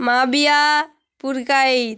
Mabia Purkait